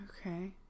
Okay